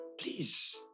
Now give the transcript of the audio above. please